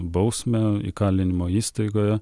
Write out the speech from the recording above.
bausmę įkalinimo įstaigoje